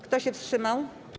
Kto się wstrzymał?